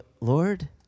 Lord